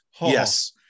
Yes